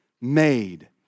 made